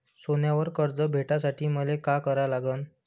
सोन्यावर कर्ज भेटासाठी मले का करा लागन?